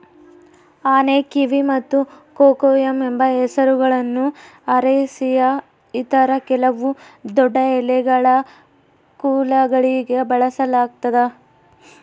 ಆನೆಕಿವಿ ಮತ್ತು ಕೊಕೊಯಮ್ ಎಂಬ ಹೆಸರುಗಳನ್ನು ಅರೇಸಿಯ ಇತರ ಕೆಲವು ದೊಡ್ಡಎಲೆಗಳ ಕುಲಗಳಿಗೆ ಬಳಸಲಾಗ್ತದ